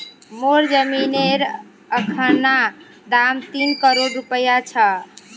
मोर जमीनेर अखना दाम तीन करोड़ रूपया छ